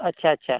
अच्छा अच्छा